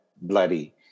bloody